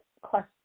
question